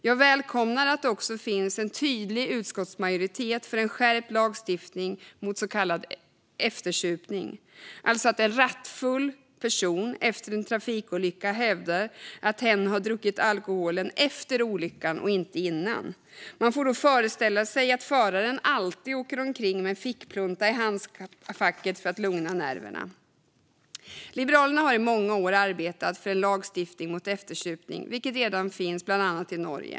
Jag välkomnar att det också finns en tydlig utskottsmajoritet för en skärpt lagstiftning mot så kallad eftersupning, alltså att en rattfull person efter en trafikolycka hävdar att hen har druckit alkoholen efter olyckan och inte innan. Man får då föreställa sig att föraren alltid åker omkring med en fickplunta i handskfacket för att lugna nerverna. Liberalerna har i många år arbetat för en lagstiftning mot eftersupning, vilket redan finns i bland annat Norge.